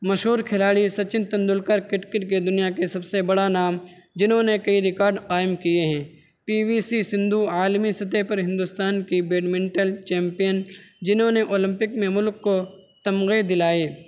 مشہور کھلاڑی سچن تیندولکر کرکٹ کے دنیا کے سب سے بڑا نام جنھوں نے کئی ریکاڈ قائم کیے ہیں پی وی سی سندھو عالمی سطح پر ہندوستان کی بیڈمنٹن چمپئن جنھوں نے اولمپک میں ملک کو تمغے دلائے